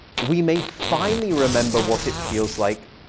we may finally remember what it feels like